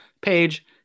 Page